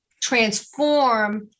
transform